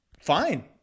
Fine